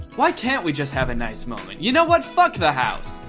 why can't we just have a nice moment? you know what, fuck the house!